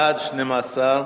בעד, 12,